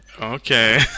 Okay